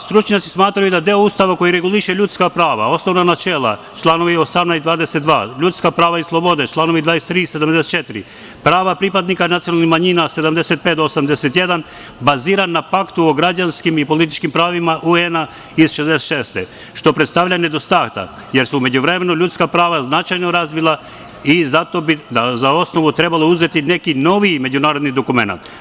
Stručnjaci smatraju da deo Ustava koji reguliše ljudska prava, osnovna načela, članovi 18. i 22, ljudska prava i slobode, članovi 23. i 74, prava pripadnika nacionalnih manjina, članovi od 75. do 81, bazirana na paktu o građanskim i političkim pravima UN, iz 1966. godine, što predstavlja nedostatak, jer su u međuvremenu ljudska prava značajno razvila i zato bi za osnovu trebalo uzeti neki noviji međunarodni dokument.